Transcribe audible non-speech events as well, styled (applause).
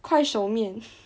快熟面 (breath)